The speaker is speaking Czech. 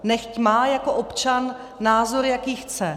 Nechť má jako občan názor, jaký chce.